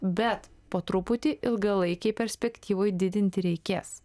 bet po truputį ilgalaikėj perspektyvoj didinti reikės